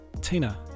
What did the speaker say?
Tina